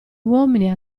uomini